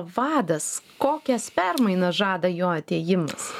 vadas kokias permainas žada jo atėjimas